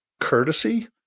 courtesy